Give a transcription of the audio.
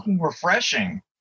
refreshing